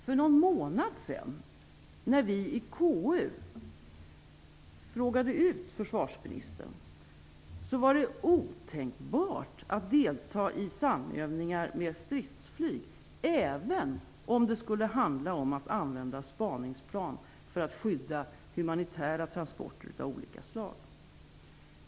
För någon månad sedan, när vi i KU frågade ut försvarsministern, var det otänkbart att delta i samövningar med stridsflyg även om det skulle handla om att använda spaningsplan för att skydda humanitära transporter av olika slag.